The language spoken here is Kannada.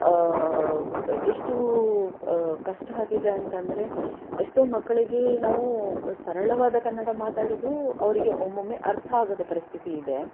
ಎಷ್ಟು ಕಷ್ಟ ಆಗಿದೆ ಅಂತ ಅಂದರೆ ಎಷ್ಟೋ ಮಕ್ಕಳಿಗೆ ನಾವು ಸರಳವಾದ ಕನ್ನಡ ಮಾತಾಡಿದರೂ ಅವರಿಗೆ ಒಮ್ಮೊಮ್ಮೆ ಅರ್ಥ ಆಗದ ಪರಿಸ್ಥಿತಿಯಿದೆ